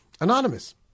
Anonymous